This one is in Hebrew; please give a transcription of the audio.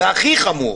והכי חמור,